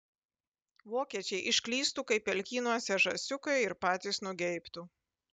vokiečiai išklystų kaip pelkynuose žąsiukai ir patys nugeibtų